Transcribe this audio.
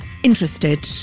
Interested